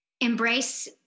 embrace